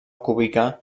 cúbica